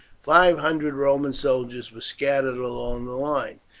five hundred roman soldiers were scattered along the line.